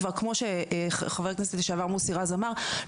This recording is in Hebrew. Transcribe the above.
כמו שחבר הכנסת לשעבר מוסי רז אמר,